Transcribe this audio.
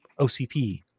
OCP